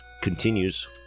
continues